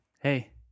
Hey